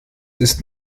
ist